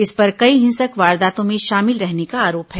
इस पर कई हिंसक वारदातों में शामिल रहने का आरोप है